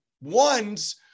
ones